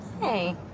Hey